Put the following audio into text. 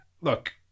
Look